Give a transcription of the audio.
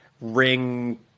ring